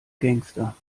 gangster